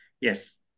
Yes